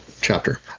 chapter